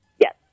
Yes